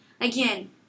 again